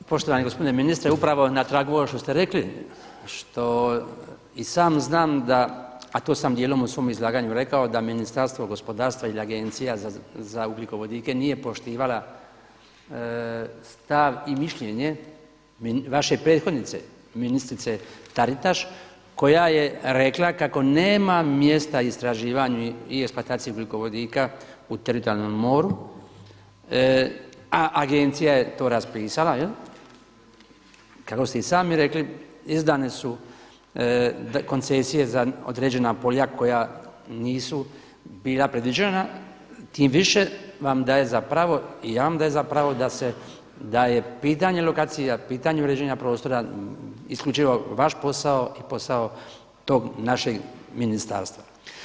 Poštovani gospodine ministre, upravo na tragu ovoga što ste rekli, što i sam znam a to sam djelom u svom izlaganju rekao da Ministarstvo gospodarstva ili Agencija za ugljikovodike nije poštivala stav i mišljenje vaše prethodnice ministrice Taritaš koja je rekla kako nema mjesta istraživanju i eksploataciji ugljikovodika u teritorijalnom moru a Agencija je to raspisala, kako ste i sami rekli izdane su koncesije za određena polja koja nisu bila predviđena, tim više vam daje za pravo i ja vam dajem za pravo da je pitanje lokacija, pitanje uređenja prostora isključivo vaš posao i posao tog našeg ministarstva.